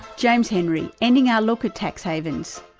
james henry, ending our look at tax havens.